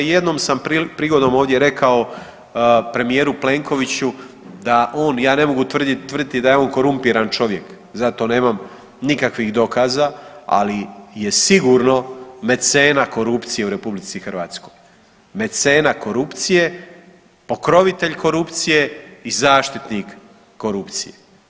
Jednom sam prigodom ovdje rekao premijeru Plenkoviću da on, ja ne mogu tvrditi da je on korumpiran čovjek, za to nemam nikakvih dokaza, ali je sigurno mecena korupcije u RH, mecena korupcije, pokrovitelj korupcije i zaštitnik korupcije.